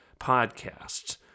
podcasts